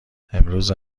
امروز